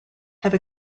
have